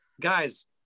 guys